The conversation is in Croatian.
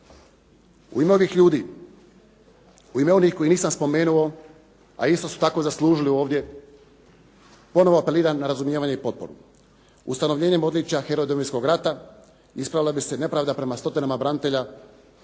U ime ovih ljudi, u ime onih koje nisam spomenuo, a isto su tako zaslužili ovdje, ponovo apeliram na razumijevanje i potporu. Ustanovljenjem odličja "Heroja Domovinskog rata" ispravila bi se nepravda prema stotinama branitelja